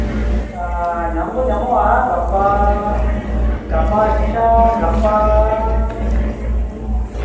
ᱧᱟᱢ ᱫᱚ ᱧᱟᱢᱚᱜᱼᱟ ᱜᱟᱯᱟ ᱜᱟᱯᱟ ᱟᱪᱪᱷᱟ ᱜᱟᱯᱟᱢ